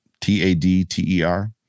T-A-D-T-E-R